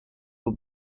will